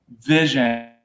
vision